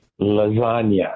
lasagna